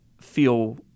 feel